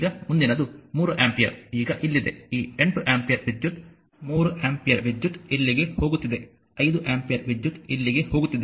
ಈಗ ಮುಂದಿನದು 3 ಆಂಪಿಯರ್ ಈಗ ಇಲ್ಲಿದೆ ಈ 8 ಆಂಪಿಯರ್ ವಿದ್ಯುತ್ 3 ಆಂಪಿಯರ್ ವಿದ್ಯುತ್ ಇಲ್ಲಿಗೆ ಹೋಗುತ್ತಿದೆ 5 ಆಂಪಿಯರ್ ವಿದ್ಯುತ್ ಇಲ್ಲಿಗೆ ಹೋಗುತ್ತಿದೆ